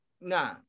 Nah